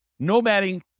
nomading